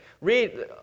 read